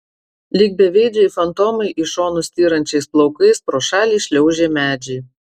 lyg beveidžiai fantomai į šonus styrančiais plaukais pro šalį šliaužė medžiai